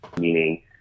meaning